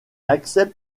accepte